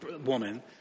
woman